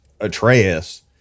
Atreus